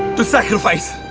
to sacrifice.